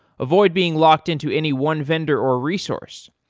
avoid being locked into any one vendor or resource.